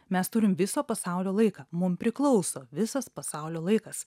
mes turim viso pasaulio laiką mum priklauso visas pasaulio laikas